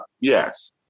Yes